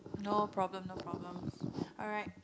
no problem no problem alright